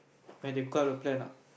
when they cut a plan ah